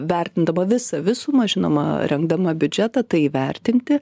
vertindama visą visumą žinoma rengdama biudžetą tai įvertinti